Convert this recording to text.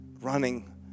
running